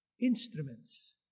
instruments